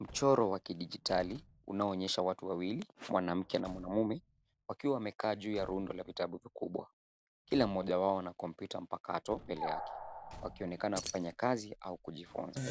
Mchoro wa kidijitali unao onyesha watu wawili mwanamme na mwanamume wakiwa wamekaa juu ya rundo la vitabu vikubwa. Kila mmoja wao ana kompyuta mpakato mbele yake wakionekana kufanya kazi au kujifunza.